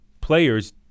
players